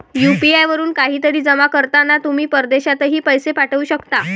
UPI वरून काहीतरी जमा करताना तुम्ही परदेशातही पैसे पाठवू शकता